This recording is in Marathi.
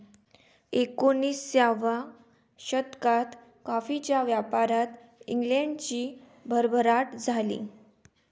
एकोणिसाव्या शतकात कॉफीच्या व्यापारात इंग्लंडची भरभराट झाली